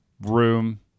room